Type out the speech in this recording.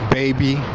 baby